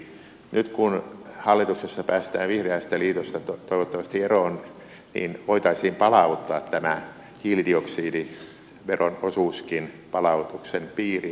nyt kun hallituksessa päästään vihreästä liitosta toivottavasti eroon niin voitaisiin palauttaa tämä hiilidioksidiveron osuuskin palautuksen piiriin